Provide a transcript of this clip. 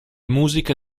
musiche